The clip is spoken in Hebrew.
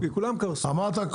אמרת,